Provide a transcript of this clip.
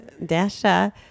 Dasha